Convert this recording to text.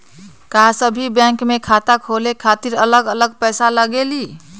का सभी बैंक में खाता खोले खातीर अलग अलग पैसा लगेलि?